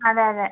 അതെ അതെ